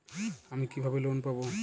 আমি কিভাবে লোন পাব?